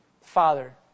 Father